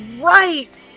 right